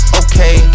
okay